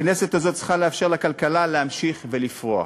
הכנסת הזאת צריכה לאפשר לכלכלה להמשיך לפרוח,